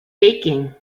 baking